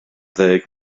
ddeg